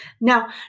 Now